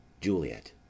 Juliet